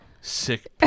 Sick